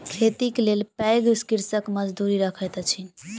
खेतीक लेल पैघ कृषक मजदूर रखैत अछि